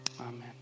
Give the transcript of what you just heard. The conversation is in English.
Amen